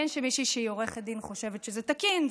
מעניין שמישהי שהיא עורכת דין חושבת שזה תקין.